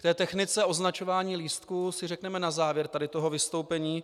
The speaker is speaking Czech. K technice označování lístků si řekneme na závěr tady toho vystoupení.